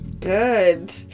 Good